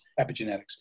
epigenetics